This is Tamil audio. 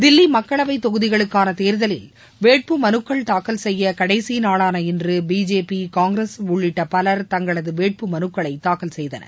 தில்லி மக்களவைத் தொகுதிகளுக்கான தேர்தலில் வேட்புமனுக்கள் தாக்கல் செய்ய கடைசிநாளான இன்று பிஜேபி காங்கிரஸ் உள்ளிட்ட பலர் தங்களது வேட்புமனுக்களை தாக்கல் செய்தனர்